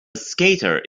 skater